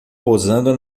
posando